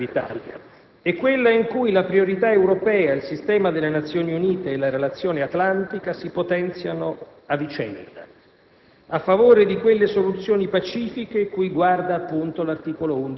Vedete, la situazione ottimale per l'Italia è quella in cui la priorità europea, il sistema delle Nazioni Unite e la relazione atlantica si potenziano a vicenda